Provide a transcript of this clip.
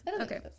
Okay